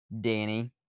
Danny